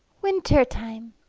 winter-time